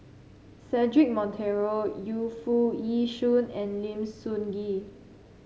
Cedric Monteiro Yu Foo Yee Shoon and Lim Sun Gee